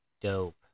Dope